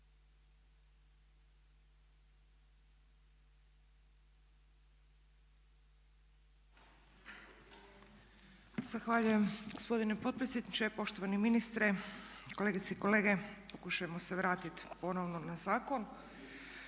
Zahvaljujem gospodine potpredsjedniče. Poštovani ministre, kolegice i kolege pokušajmo se vratiti ponovno na zakon.